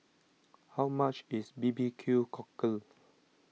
how much is B B Q Cockle